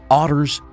otters